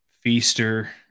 Feaster